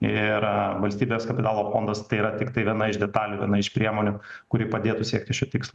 ir valstybės kapitalo fondas tai yra tiktai viena iš detalių viena iš priemonių kuri padėtų siekti šio tikslo